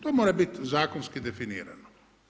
To mora biti zakonski definirano.